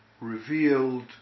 Revealed